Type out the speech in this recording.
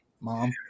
mom